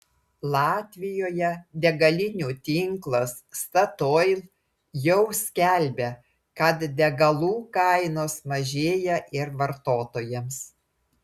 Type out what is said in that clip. latvijoje degalinių tinklas statoil jau skelbia kad degalų kainos mažėja ir vartotojams